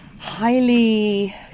highly